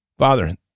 Father